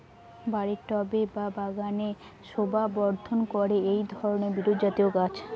বাড়ির টবে বা বাগানের শোভাবর্ধন করে এই ধরণের বিরুৎজাতীয় গাছ